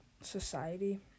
society